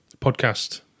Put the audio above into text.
podcast